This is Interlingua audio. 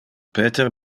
peter